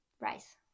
Rice